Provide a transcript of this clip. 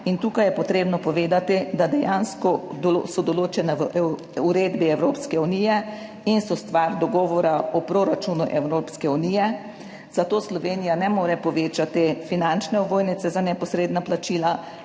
in tukaj je potrebno povedati, da dejansko so določena v Uredbi Evropske unije in so stvar dogovora o proračunu Evropske unije, zato Slovenija ne more povečati finančne ovojnice za neposredna plačila,